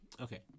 okay